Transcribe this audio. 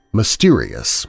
mysterious